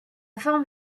forme